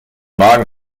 magen